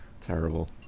terrible